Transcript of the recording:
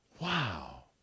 wow